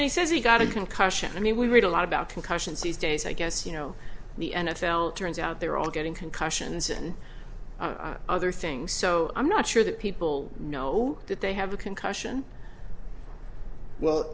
one he says he got a concussion i mean we read a lot about concussions these days i guess you know the n f l it turns out they're all getting concussions and other things so i'm not sure that people know that they have a concussion well